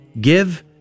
Give